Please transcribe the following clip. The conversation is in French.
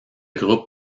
groupe